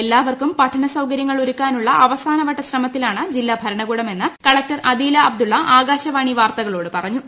എല്ലാവർക്കും പഠന സൌകര്യങ്ങൾ ഒരുക്കാനുള്ള അവസാനവട്ട ശ്രമത്തിലാണ് ജില്ലാ ഭരണകൂടമെന്ന് കളക്ടർ അദീല അബ്ദുള്ള ആകാശവാണി വാർത്തകളോട് പറഞ്ഞു